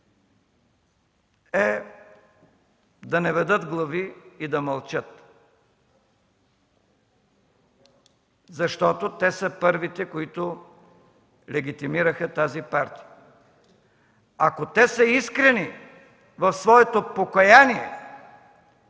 е да наведат глави и да мълчат, защото те са първите, които легитимираха тази партия. Ако те са искрени в своето покаяние,